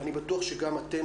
אני בטוח שגם אתם,